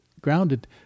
grounded